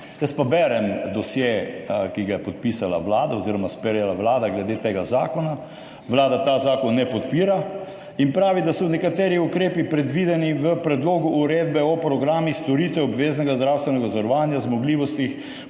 Jaz pa berem dosje, ki ga je podpisala Vlada oziroma sprejela Vlada glede tega zakona. Vlada tega zakona ne podpira in pravi, da so nekateri ukrepi predvideni v predlogu uredbe o programih storitev obveznega zdravstvenega zavarovanja, zmogljivostih,